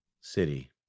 city